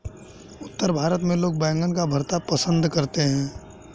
उत्तर भारत में लोग बैंगन का भरता पंसद करते हैं